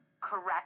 correct